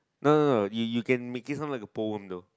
no no no you you can make it sound like a poem though